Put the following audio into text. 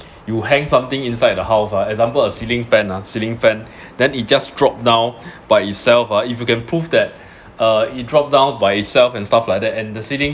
you hang something inside the house ah example a ceiling fan ah ceiling fan then it just drop down by itself ah if you can prove that uh it dropped down by itself and stuff like that and the ceiling